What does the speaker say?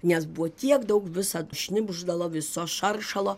nes buvo tiek daug visad šnibždalo viso šaršalo